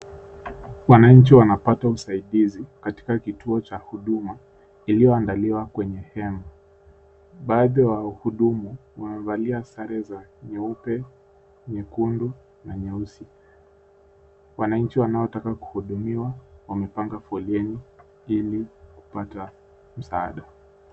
Wananchi wanapata usaidizi katika kituo cha huduma iliyoandaliwa kwenye hema . Baadhi ya wahudumu wamevalia sare za nyeupe nyekundu na nyeusi. Wananchi wanaotaka kuhudumiwa wamepanga foleni ili kupata msaada.